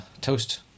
Toast